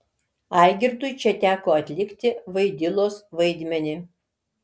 algirdui čia teko atlikti vaidilos vaidmenį